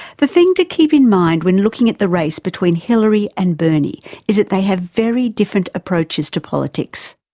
the thing to keep in mind when looking at the race between hillary and bernie is that they have very different approaches to politics.